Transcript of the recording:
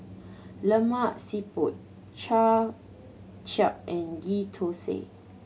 Lemak Siput Kway Chap and Ghee Thosai